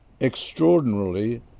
Extraordinarily